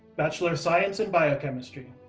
bachelor of science in biochemistry.